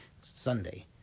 Sunday